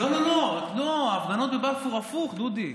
לא, ההפגנות בבלפור, הפוך, דודי.